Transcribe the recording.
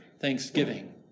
thanksgiving